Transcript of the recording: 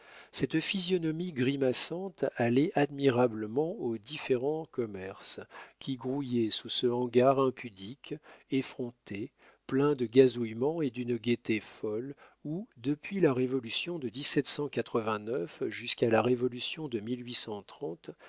cette physionomie grimaçante allait admirablement aux différents commerces qui grouillaient sous ce hangar impudique effronté plein de gazouillements et d'une gaieté folle où depuis la révolution de jusqu'à la révolution de